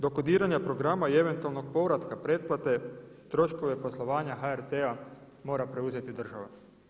Do kodiranja programa i eventualnog povratka pretplate troškove poslovanja HRT-a mora preuzeti država.